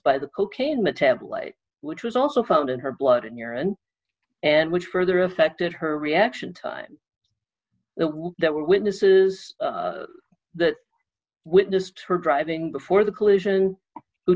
by the cocaine metabolites which was also found in her blood and urine and which further affected her reaction time that were witnesses that witnessed her driving before the collision who